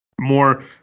more